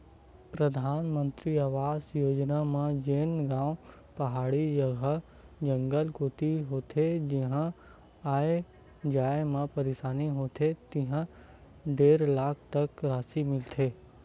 परधानमंतरी आवास योजना म जेन गाँव पहाड़ी जघा, जंगल कोती होथे जिहां आए जाए म परसानी होथे तिहां डेढ़ लाख तक रासि मिलथे